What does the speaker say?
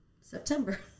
september